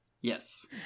Yes